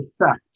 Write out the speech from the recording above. effect